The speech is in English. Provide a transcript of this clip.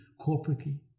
corporately